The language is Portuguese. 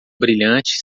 brilhante